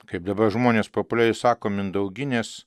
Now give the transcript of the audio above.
kaip dabar žmonės populiariai sako mindauginės